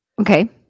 Okay